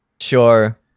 Sure